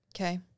Okay